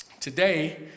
Today